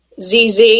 ZZ